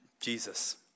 Jesus